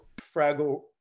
Fraggle